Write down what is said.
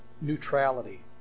neutrality